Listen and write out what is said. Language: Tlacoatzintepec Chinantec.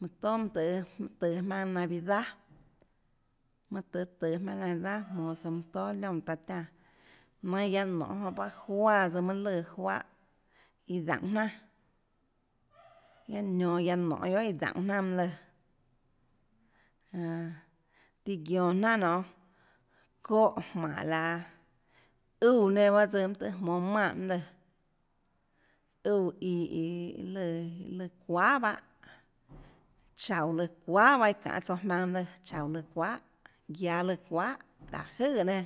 mønâ tøå tøå jmaønâ navidad mønâ tøå jmaønâ navidad jmonå tsouã mønã tóà liónã taã tiánã nainhå guiaå nonê jonã paâ juáãtsøã mønâ lùã juáhã iã daúnhå jnanàguiaâ nionå guiaå nonê guiohà iã daúnhå jnanà mønâ lùãjánã tiã guiónå jnanà nionê çóhã jmánhå laã úã nenã bahâ tsøã mønâ tøhê jmonå manè mønâ lùã úã iã iã iã lùã çuahà pahâ chaúå lùã çuahà pahâ iã çanê tsouã jmaønâ mønâ lùãchaúå lùã çuahàguiaå lùã çuahàláhå jøè nenã